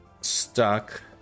stuck